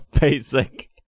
basic